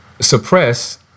suppress